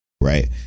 right